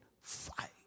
fight